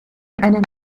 einen